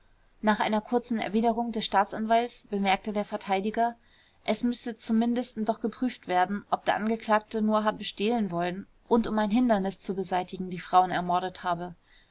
nach einer kurzen erwiderung des staatsanwalts bemerkte der verteidiger es müsse zum mindesten doch geprüft werden ob der angeklagte nur habe stehlen wollen und um ein hindernis zu beseitigen die frauen ermordet habe